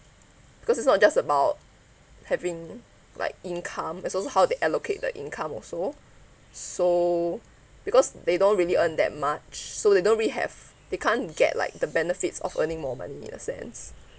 because it's not just about having like income it's also how they allocate the income also so because they don't really earn that much so they don't really have they can't get like the benefits of earning more money in a sense